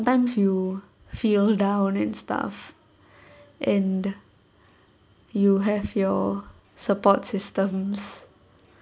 sometimes you feel down and stuff and you have your support systems